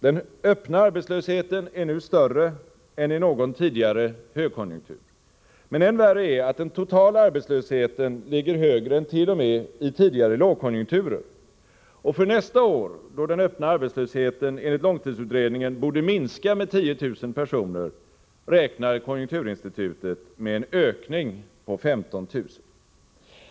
Den öppna arbetslösheten är nu större än i någon tidigare högkonjunktur. Men än värre är att den totala arbetslösheten ligger högre än t.o.m. i tidigare lågkonjunkturer. Och för nästa år, då den öppna arbetslösheten enligt långtidsutredningen borde minska med 10 000 personer, räknar konjunkturinstitutet med en ökning på 15 000.